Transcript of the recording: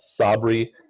Sabri